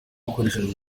hakoreshejwe